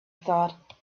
thought